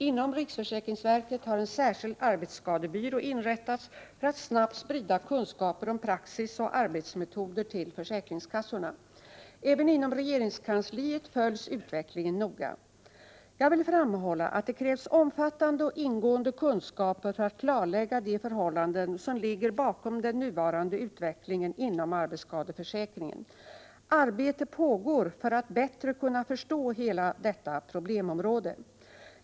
Inom riksförsäkringsverket har en särskild arbetsskadebyrå inrättats för att snabbt sprida kunskaper om praxis och arbetsmetoder till försäkringskassorna. Även inom regeringskansliet följs utvecklingen noga. Jag vill framhålla att det krävs omfattande och ingående kunskaper för att klarlägga de förhållanden som ligger bakom den nuvarande utvecklingen inom arbetsskadeförsäkringen. Arbete pågår för att bättre kunna förstå hela detta problemområde.